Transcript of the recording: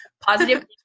positive